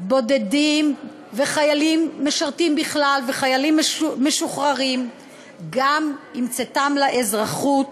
בודדים וחיילים משרתים בכלל וחיילים משוחררים גם עם צאתם לאזרחות,